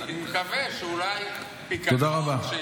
אני מקווה שאולי פיקדון, תודה רבה.